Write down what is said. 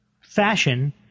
fashion